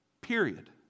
period